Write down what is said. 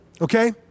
Okay